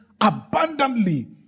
abundantly